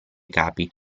capi